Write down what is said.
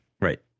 Right